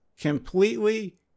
completely